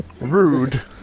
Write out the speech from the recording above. Rude